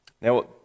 Now